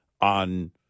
on